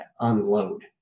unload